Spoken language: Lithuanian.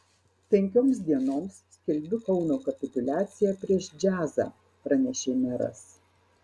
penkioms dienoms skelbiu kauno kapituliaciją prieš džiazą pranešė meras